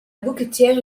bouquetière